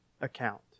account